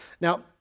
Now